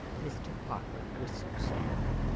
mr. parker whistled softly.